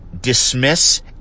dismiss